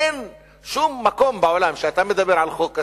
אין שום מקום בעולם שאתה מדבר על חוק כזה,